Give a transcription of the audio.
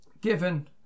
given